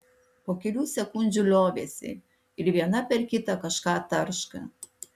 po kelių sekundžių liovėsi ir viena per kitą kažką tarška